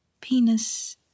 penis